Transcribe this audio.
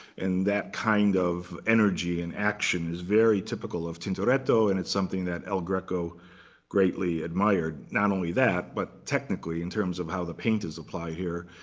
and that kind of energy and action is very typical of tintoretto, and it's something that el greco greatly admired. not only that, but technically, in terms of how the paint is applied here,